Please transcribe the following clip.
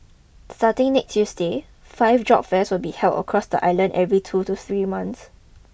starting next Tuesday five job fairs will be held across the island every two to three months